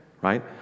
right